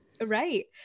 Right